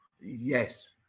Yes